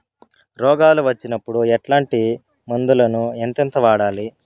రోగాలు వచ్చినప్పుడు ఎట్లాంటి మందులను ఎంతెంత వాడాలి?